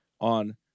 on